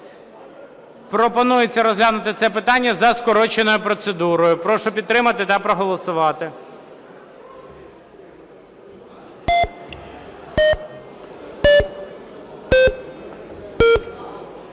Пропонується розглянути це питання за скороченою процедурою. Прошу підтримати та проголосувати.